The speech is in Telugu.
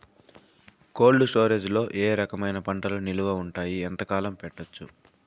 కోల్డ్ స్టోరేజ్ లో ఏ రకమైన పంటలు నిలువ ఉంటాయి, ఎంతకాలం పెట్టొచ్చు?